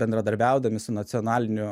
bendradarbiaudami su nacionaliniu